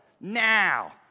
now